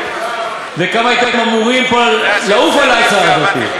וכמה אתם אמורים לעוף פה על ההצעה הזאת,